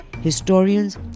historians